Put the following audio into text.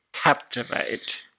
Captivate